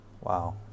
Wow